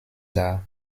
dar